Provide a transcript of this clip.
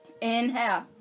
inhale